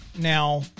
Now